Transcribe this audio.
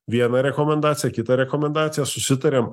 vieną rekomendaciją kita rekomendaciją susitariam